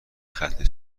ختنه